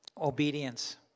Obedience